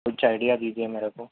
کچھ آئیڈیا دیجیے میرے کو